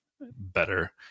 better